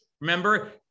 remember